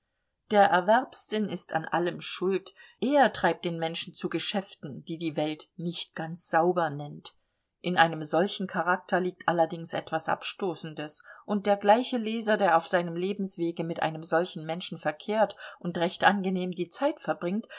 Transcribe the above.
der erwerbssinn ist an allem schuld er treibt den menschen zu geschäften die die welt nicht ganz sauber nennt in einem solchen charakter liegt allerdings etwas abstoßendes und der gleiche leser der auf seinem lebenswege mit einem solchen menschen verkehrt und recht angenehm die zeit verbringt